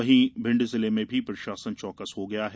वहीं भिंड जिले में भी प्रशासन चौकस हो गया है